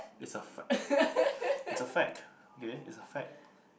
it's a fact it's a fact K it's a fact